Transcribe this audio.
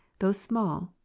though small,